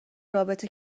رابطه